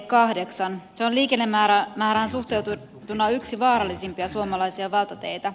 se on liikennemäärään suhteutettuna yksi vaarallisimpia suomalaisia valtateitä